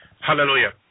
hallelujah